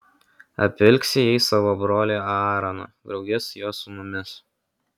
apvilksi jais savo brolį aaroną drauge su jo sūnumis